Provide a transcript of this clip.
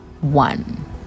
one